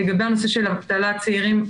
לגבי הנושא של אבטלת צעירים,